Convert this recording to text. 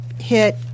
hit